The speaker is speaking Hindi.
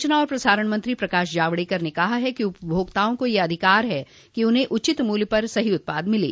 सचना और प्रसारण मंत्री प्रकाश जावडेकर ने कहा है कि उपभोक्ताओं को यह अधिकार है कि उन्हें उचित मूल्य पर सही उत्पाद मिले